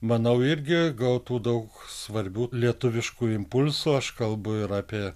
manau irgi gautų daug svarbių lietuviškų impulsų aš kalbu ir apie